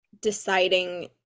deciding